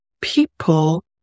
people